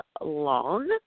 long